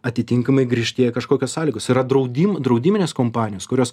atitinkamai griežtėja kažkokios sąlygos yra draudimų draudiminės kompanijos kurios